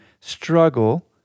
struggle